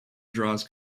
draws